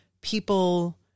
people